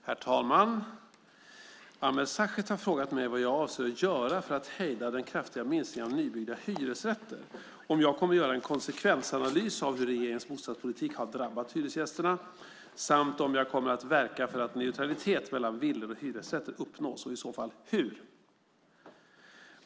Herr talman! Ameer Sachet har frågat mig vad jag avser att göra för att hejda den kraftiga minskningen av nybyggda hyresrätter, om jag kommer att göra en konsekvensanalys av hur regeringens bostadspolitik har drabbat hyresgästerna samt om jag kommer att verka för att neutralitet mellan villor och hyresrätter uppnås, och i så fall hur.